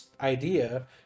idea